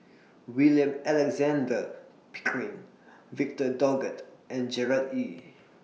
William Alexander Pickering Victor Doggett and Gerard Ee